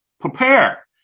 prepare